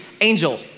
Angel